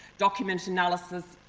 document analysis